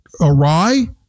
awry